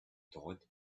told